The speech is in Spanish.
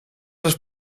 las